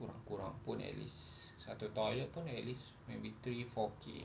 kurang-kurang pun at least satu toilet pun at least maybe three four K